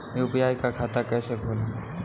UPI का खाता कैसे खोलें?